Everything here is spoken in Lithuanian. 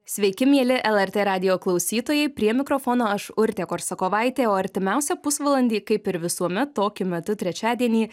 sveiki mieli lrt radijo klausytojai prie mikrofono aš urtė korsakovaitė o artimiausią pusvalandį kaip ir visuomet tokiu metu trečiadienį